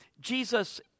Jesus